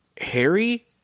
Harry